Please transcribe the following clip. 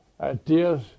ideas